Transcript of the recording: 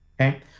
okay